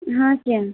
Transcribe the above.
हाँ सेम